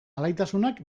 alaitasunak